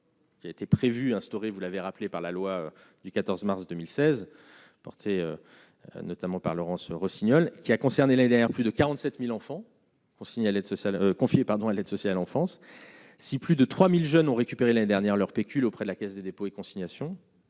Qui a été prévu instaurée vous l'avez rappelé par la loi du 14 mars 2016, porté notamment par Laurence Rossignol, qui a concerné l'année dernière, plus de 47000 enfants ont l'aide sociale confié pardon à l'aide sociale en France, si plus de 3000 jeunes ont récupéré l'année dernière, leur pécule auprès de la Caisse des dépôts et consignations.